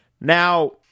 Now